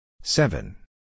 seven